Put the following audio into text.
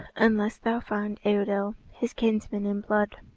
unless thou find eidoel, his kinsman in blood,